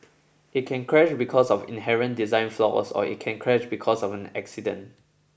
it can crash because of inherent design flaws or it can crash because of an accident